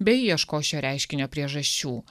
bei ieškos šio reiškinio priežasčių